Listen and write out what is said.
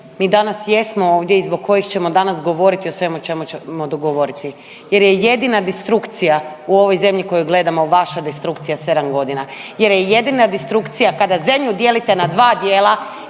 mi danas jesmo ovdje i zbog kojih ćemo danas govoriti o svemu o čemu ćemo dogovoriti. Jer je jedina distrukcija u ovoj zemlji koju gledamo vaša destrukcija 7 godina, jer je jedina distrukcija kada zemlju dijelite na dva dijela